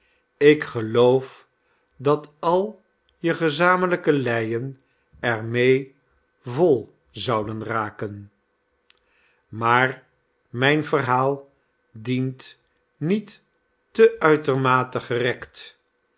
ik geloof dat al je gezamentlijke leien er meê vol zouden raken maar mijn verhaal dient niet te uitermate gerekt